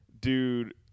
dude